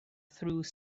through